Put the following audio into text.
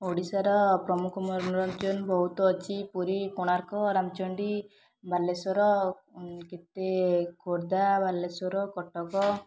ଓଡ଼ିଶାର ପ୍ରମୁଖ ମନୋରଞ୍ଜନ ବହୁତ ଅଛି ପୁରୀ କୋଣାର୍କ ରାମଚଣ୍ଡୀ ବାଲେଶ୍ଵର ଖୋର୍ଦ୍ଧା ବାଲେଶ୍ଵର କଟକ